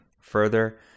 further